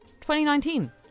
2019